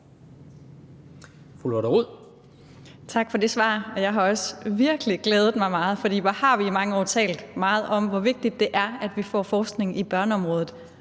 Lotte Rod (RV): Tak for det svar. Jeg har også virkelig glædet mig meget, for hvor har vi i mange år talt meget om, hvor vigtigt det er, at vi får forskning i børneområdet.